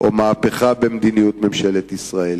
או מהפכה במדיניות ממשלת ישראל.